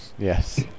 Yes